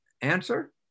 Answer